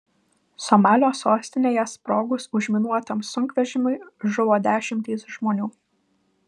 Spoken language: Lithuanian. somalio sostinėje sprogus užminuotam sunkvežimiui žuvo dešimtys žmonių